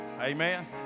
Amen